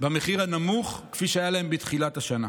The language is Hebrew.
במחיר הנמוך, כפי שהיה להן בתחילת השנה.